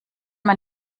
man